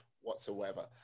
whatsoever